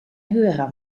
höherer